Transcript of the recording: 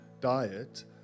diet